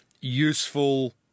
useful